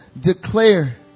declare